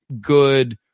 good